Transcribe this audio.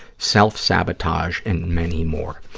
self-sabotage, and many more.